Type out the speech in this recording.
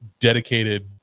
dedicated